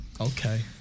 Okay